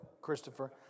Christopher